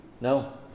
No